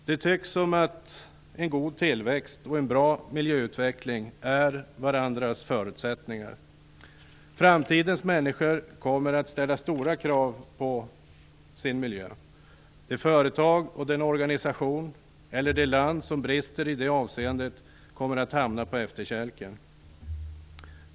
Det tycks som om en god tillväxt och en bra miljöutveckling är varandras förutsättningar. Framtidens människor kommer att ställa stora krav på sin miljö. Det företag, den organisation eller det land som brister i det avseendet kommer att hamna på efterkälken.